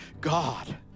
God